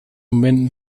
momenten